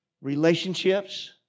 relationships